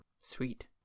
Sweet